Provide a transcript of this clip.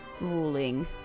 ruling